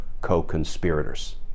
co-conspirators